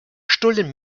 stullen